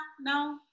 No